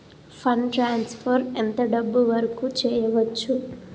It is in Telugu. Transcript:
ఫండ్ ట్రాన్సఫర్ ఎంత డబ్బు వరుకు చేయవచ్చు?